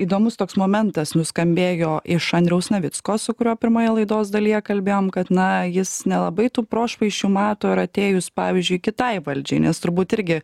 įdomus toks momentas nuskambėjo iš andriaus navicko su kuriuo pirmoje laidos dalyje kalbėjom kad na jis nelabai tų prošvaisčių mato ir atėjus pavyzdžiui kitai valdžiai nes turbūt irgi